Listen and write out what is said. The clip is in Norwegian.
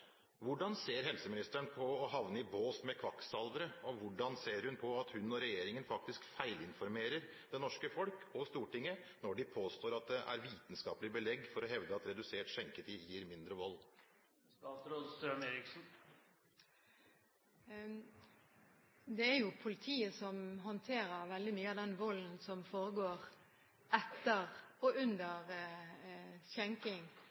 Hvordan ser helseministeren på å havne i bås med kvakksalvere, og hvordan ser hun på at hun og regjeringen faktisk feilinformerer det norske folk og Stortinget når de påstår at det er vitenskapelig belegg for å hevde at redusert skjenketid gir mindre vold? Det er politiet som håndterer veldig mye av den volden som foregår etter og under skjenking